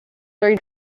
three